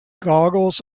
goggles